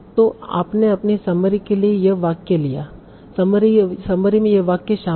तो आपने अपने समरी के लिए यह वाक्य लिया समरी में यह वाक्य शामिल है